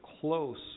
close